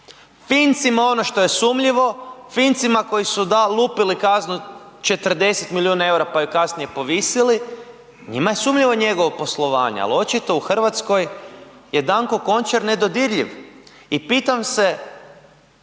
Fincima ono što je sumnjivo, Fincima koji su lupili kaznu 40 milijuna EUR-a pa ju kasnije povisili, njima je sumnjivo njegovo poslovanje, ali očito u Hrvatskoj je Danko Konačar nedodirljiv. I pitam se